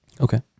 okay